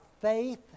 faith